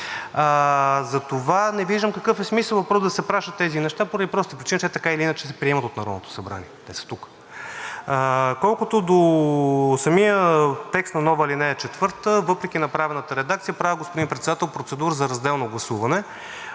Затова не виждам какъв е смисълът, първо, да се пращат тези неща поради простата причина, че те така или иначе се приемат от Народното събрание – те са тук. Колкото до самия текст на нова ал. 4 – въпреки направената редакция, правя, господин Председател, процедура за разделно гласуване